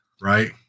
right